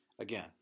Again